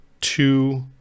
two